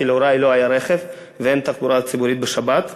כי להורי לא היה רכב ואין תחבורה ציבורית בשבת.